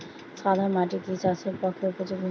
সাদা মাটি কি চাষের পক্ষে উপযোগী?